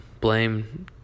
blame